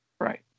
Right